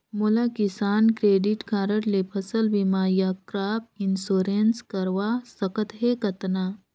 मोला किसान credit card ले फसल बीमा या क्रॉप इंश्योरेंस करवा सकथ हे कतना?